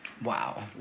Wow